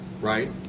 right